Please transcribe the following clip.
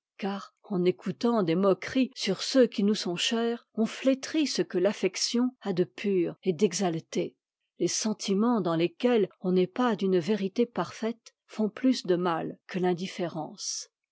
en écoutant des moqueries sur ceux qui nous sont chers on hétrit ce que l'affection a de pur et d'exatté les sentiments dans lesquels on n'est pas d'une vérité parfaite font plus de mal que l'indifférence